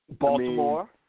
Baltimore